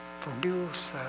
produce